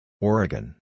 Oregon